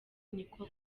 niko